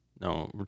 No